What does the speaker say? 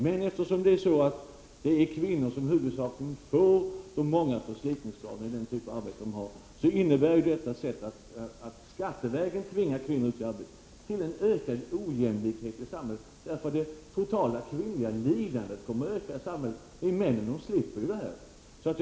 Men eftersom det är kvinnor som i huvudsak får de många förslitningsskadorna i den typ av arbete som de har, så innebär detta att man skattevägen tvingar kvinnor ut i arbete till en ökad ojämlikhet i samhället. Det totala kvinnliga lidandet kommer att öka i samhället. Männen slipper ju det här.